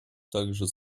также